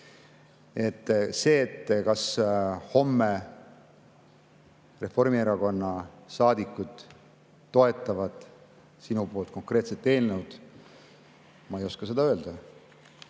Seda, kas homme Reformierakonna saadikud toetavad sinu konkreetset eelnõu, ma ei oska öelda.